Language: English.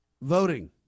voting